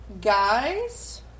guys